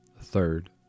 third